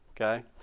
Okay